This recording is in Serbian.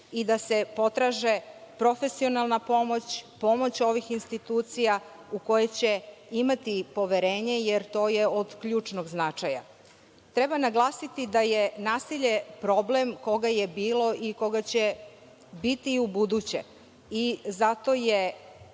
i da se potraže profesionalna pomoć, pomoć ovih institucija u koje će imati poverenje, jer to je od ključnog značaja. Treba naglasiti da je nasilje problem koga je bilo i koga će biti i u buduće i zato